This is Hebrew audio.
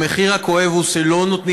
המחיר הכואב הוא שלא נותנים,